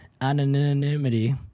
anonymity